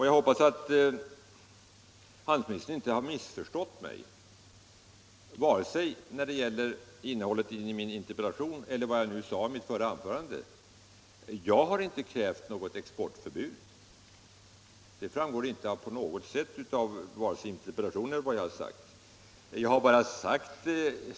Jag hoppas att handelsministern inte har missförstått mig vare sig när det gäller innehållet i min interpellation eller när det gäller vad jag sade i mitt förra anförande. Jag har inte krävt hävande av något exportförbud; det framgår inte på något sätt vare sig av interpellationen eller vad jag nu har sagt.